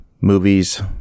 movies